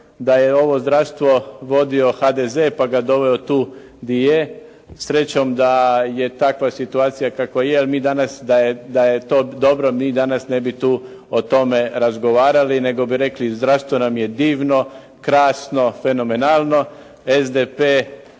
da je ovo zdravstvo vodio HDZ pa ga doveo tu gdje je. Srećom da je takva situacija kakva je, jer mi danas da je to dobro mi danas ne bi tu o tome razgovarali nego bi rekli zdravstvo nam je divno, krasno, fenomenalno. SDP